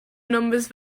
numbers